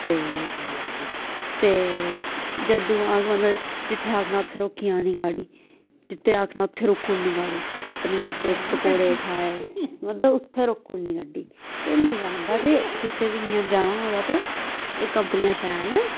ते ते जदूं आग मतलब जित्थे आखना उत्थे रुकी जानी गाडी जित्थे आखना उत्थे रोकी उड़नी गाडी पनीर दे पकोड़े खाए मतलब उत्थे रोकी ओड़नी गड्डी ते मज़ा आंदा ते तुसें बी इ'यां जाना होऐ ते एह् कम्पनियां शैल ऐ